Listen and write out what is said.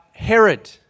Herod